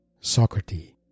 Socrates